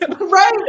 Right